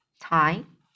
time